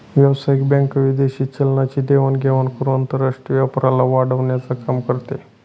व्यावसायिक बँक विदेशी चलनाची देवाण घेवाण करून आंतरराष्ट्रीय व्यापाराला वाढवण्याचं काम करते